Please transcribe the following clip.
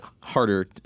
harder